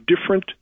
different